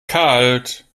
kalt